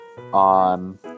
on